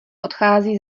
odchází